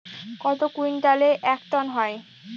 কত কুইন্টালে এক টন হয়?